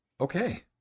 Okay